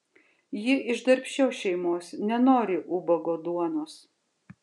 ji iš darbščios šeimos nenori ubago duonos